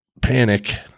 panic